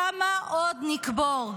כמה עוד נקבור?